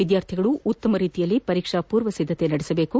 ವಿದ್ಯಾರ್ಥಿಗಳು ಉತ್ತಮ ರೀತಿಯಲ್ಲಿ ಪರೀಕ್ಷಾ ಪೂರ್ವಸಿದ್ದತೆ ನಡೆಸಬೇಕು